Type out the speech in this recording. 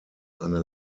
eine